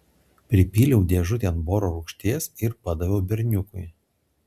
pripyliau dėžutėn boro rūgšties ir padaviau berniukui